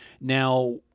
Now